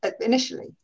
initially